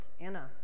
Anna